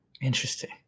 Interesting